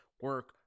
Work